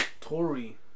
Tory